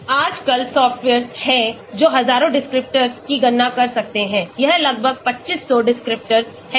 आजकल सॉफ्टवेयर्स हैं जो हजारों descriptors की गणना कर सकते हैं यह लगभग 2500 descriptors हैं